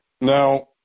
Now